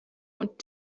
und